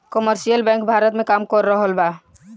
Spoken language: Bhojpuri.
कमर्शियल बैंक भारत में काम कर रहल बा